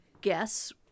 guess